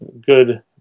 good